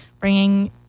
bringing